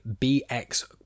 BX